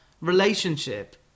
relationship